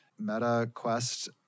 MetaQuest